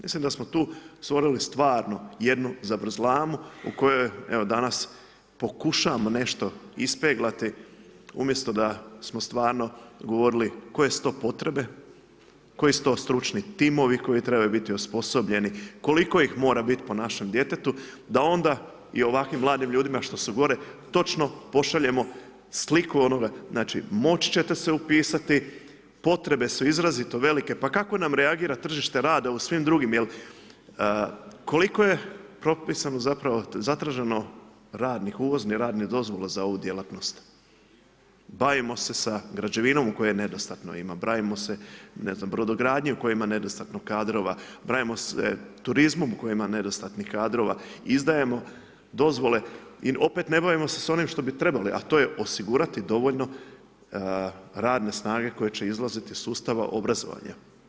Mislim da smo tu stvorili stvarno jednu zavrzlamu u kojoj evo danas pokušavamo nešto ispeglati umjesto da smo stvarno govorili koje su to potrebe, koji su to stručni timovi koji trebaju biti osposobljeni, koliko ih mora biti po našem djetetu da onda i ovakvim mladim ljudima što su gore točno pošaljemo sliku onoga, znači moći ćete se upisati, potrebe su izrazito velike, pa kako nam reagira tržište rada u svim drugim, jel koliko je propisano zapravo zatraženo radnih uvoznih radnih dozvola za ovu djelatnost, bavimo se sa građevinom u kojoj nedostatno ima, bavimo se ne znam brodogradnjom koja ima nedostatno kadrova, bavimo se turizmom u kojem ima nedostatnih kadrova, izdajemo dozvole i opet ne bavimo se s onim što bi trebalo a to je osigurati dovoljno radne snage koji će izlaziti iz sustava obrazovanja.